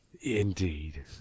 indeed